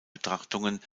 betrachtungen